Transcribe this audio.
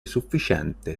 sufficiente